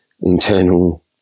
internal